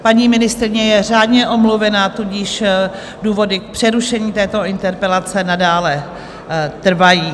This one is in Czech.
Paní ministryně je řádně omluvena, tudíž důvody k přerušení této interpelace nadále trvají.